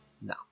No